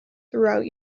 throughout